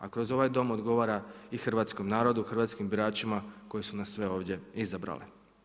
A kroz ovaj Dom odgovara i hrvatskom narodu, hrvatskim biračima koji su nas sve ovdje izabrali.